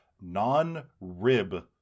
non-rib